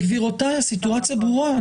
גבירותיי, הסיטואציה ברורה.